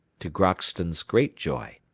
to crockston's great joy,